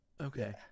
okay